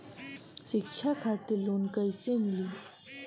शिक्षा खातिर लोन कैसे मिली?